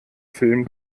film